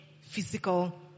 physical